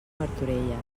martorelles